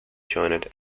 joined